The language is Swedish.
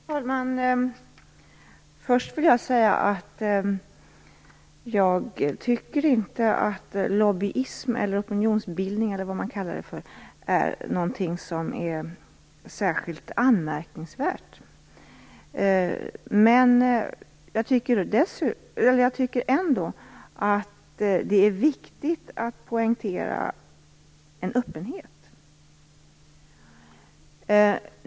Fru talman! Först vill jag säga att jag inte tycker att lobbyism, opinionsbildning eller vad man nu kallar det, är någonting särskilt anmärkningsvärt. Men jag tycker ändå att det är viktigt att poängtera en öppenhet.